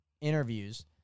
interviews